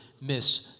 Miss